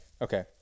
Okay